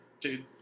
Dude